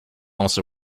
also